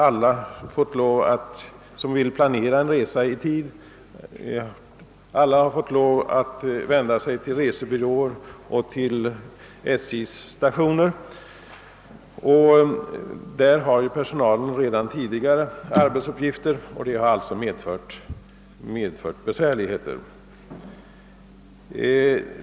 Alla som i tid vill planera en resa har nu tvingats att vända sig till resebyråer eller till SJ:s stationer för att inhämta upplysningar, och personalen på dessa har redan tidigare många arbetsuppgifter, varför dessa förfrågningar medfört besvärligheter.